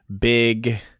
big